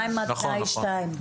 מה עם תנאי (2)?